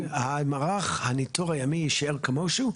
מערך הניטור הימי יישאר כמו שהוא.